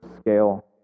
scale